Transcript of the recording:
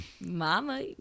Mama